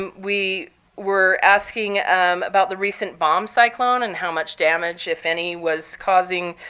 um we were asking about the recent bomb cyclone and how much damage, if any, was causing